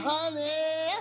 Honey